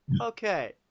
okay